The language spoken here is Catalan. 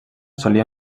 solia